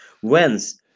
whence